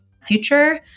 future